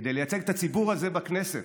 כדי לייצג את הציבור הזה בכנסת.